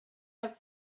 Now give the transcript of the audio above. have